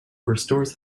restores